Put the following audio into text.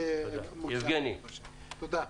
תודה.